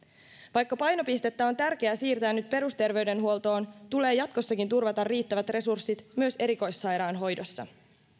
vaikka painopistettä on tärkeää siirtää nyt perusterveydenhuoltoon tulee jatkossakin turvata riittävät resurssit myös erikoissairaanhoidossa